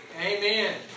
Amen